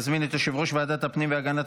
אני מזמין את יושב-ראש ועדת הפנים והגנת